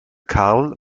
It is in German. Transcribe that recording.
carl